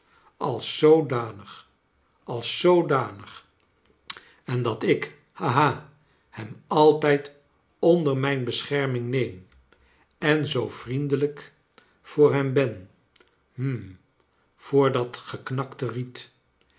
als zoodanig als zoodanig en dat ik haha hem altijd onder mijn besoherrning neem en zoo vriendelijk chahles dickens voor hem ben hm voor dat geknakte riet